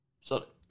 sorry